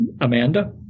Amanda